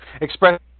express